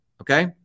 okay